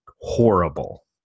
horrible